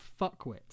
fuckwit